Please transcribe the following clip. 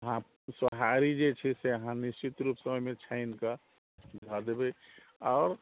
आओर सोहारी जे छै से अहाँ निश्चित रूपसँ ओहिमे छानिकऽ धऽ देबै आओर